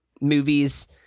movies